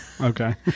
Okay